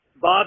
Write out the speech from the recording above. Bob